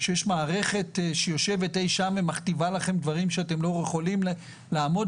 שיש מערכת שיושבת אי שם ומכתיבה לכם דברים שאתם לא יכולים לעמוד